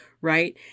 right